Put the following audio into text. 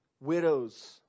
Widows